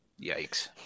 Yikes